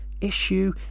issue